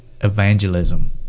evangelism